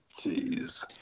jeez